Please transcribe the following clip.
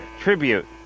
tribute